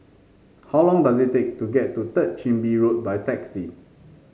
how long does it take to get to Third Chin Bee Road by taxi